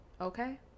okay